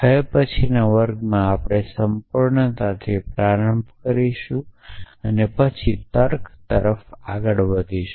હવે પછીના વર્ગમાં આપણે સંપૂર્ણતાથી પ્રારંભ કરીશું અને પછી તર્ક તરફ આગળ વધશું